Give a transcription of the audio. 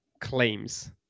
claims